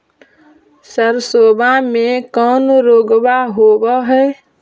सरसोबा मे कौन रोग्बा होबय है?